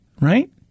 Right